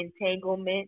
entanglement